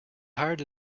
hired